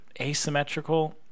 asymmetrical